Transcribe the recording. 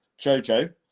Jojo